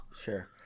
sure